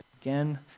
again